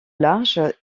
large